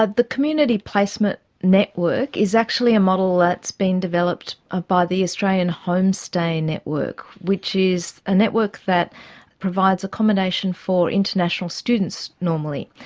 ah the community placement network is actually a model that's been developed ah by the australian homestay network, which is a network that provides accommodation for international students normally.